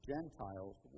Gentiles